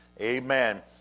Amen